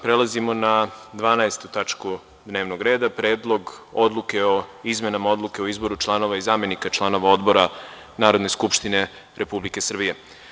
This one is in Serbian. Prelazimo na 12. tačku dnevnog reda – PREDLOG ODLUKE O IZMENAMA ODLUKE O IZBORU ČLANOVA I ZAMENIKA ČLANOVA ODBORA NARODNE SKUPŠTINE REPUBLIKE SRBIJE.